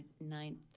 ninth